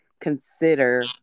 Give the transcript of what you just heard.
consider